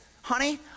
Honey